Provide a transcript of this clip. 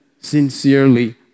Sincerely